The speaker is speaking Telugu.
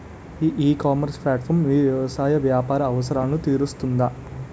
ఈ ఇకామర్స్ ప్లాట్ఫారమ్ మీ వ్యవసాయ వ్యాపార అవసరాలను తీరుస్తుందా?